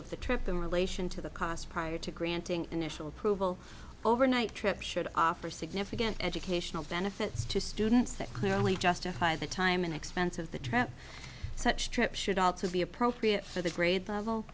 of the trip in relation to the costs prior to granting initial approval overnight trip should offer significant educational benefits to students that clearly justify the time and expense of the trap such trip should also be appropriate for the grade level